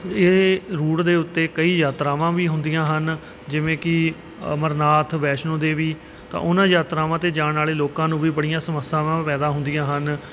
ਇਹ ਰੂਟ ਦੇ ਉੱਤੇ ਕਈ ਯਾਤਰਾਵਾਂ ਵੀ ਹੁੰਦੀਆਂ ਹਨ ਜਿਵੇਂ ਕਿ ਅਮਰਨਾਥ ਵੈਸ਼ਨੋ ਦੇਵੀ ਤਾਂ ਉਹਨਾਂ ਯਾਤਰਾਵਾਂ 'ਤੇ ਜਾਣ ਵਾਲੇ ਲੋਕਾਂ ਨੂੰ ਵੀ ਬੜੀਆਂ ਸਮੱਸਿਆਵਾਂ ਪੈਦਾ ਹੁੰਦੀਆਂ ਹਨ